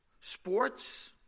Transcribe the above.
Sports